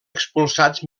expulsats